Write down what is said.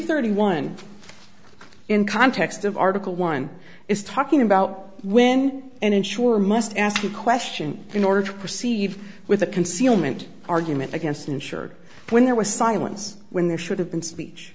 thirty one in context of article one is talking about when an insurer must ask the question in order to proceed with a concealment argument against insured when there was silence when there should have been speech